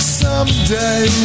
someday